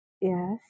Yes